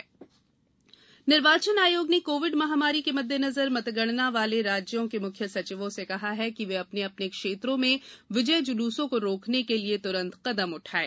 निर्वाचन आयोग निर्वाचन आयोग ने कोविड महामारी के मद्देनजर मतगणना वाले राज्यों के मुख्य सचिवों से कहा है कि वे अपने अपने क्षेत्रों में विजय जूल्सों को रोकने के लिए त्रंत कदम उठाएं